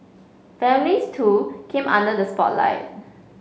families too came under the spotlight